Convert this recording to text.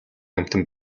амьтан